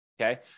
okay